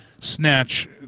snatch